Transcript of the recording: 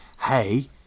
hey